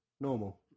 normal